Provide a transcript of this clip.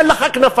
אין לך כנפיים,